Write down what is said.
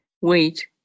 Wait